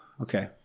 Okay